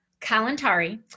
Kalantari